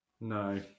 No